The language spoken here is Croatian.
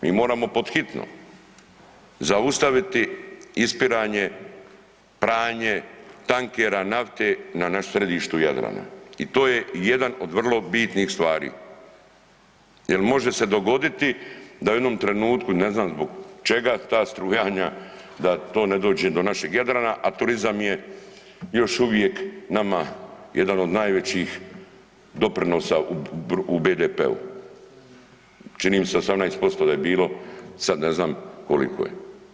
Mi moramo pod hitno zaustaviti ispiranje, pranje tankera, nafte na našem središtu Jadrana i to je jedan od vrlo bitnih stvari jel može se dogoditi da u jednom trenutku ne znam zbog čega ta strujanja da to ne dođe do našeg Jadrana, a turizam je još uvijek nama jedan od najvećih doprinosa u BDP-u, čini mi se 18% da je bilo, sad ne znam koliko je.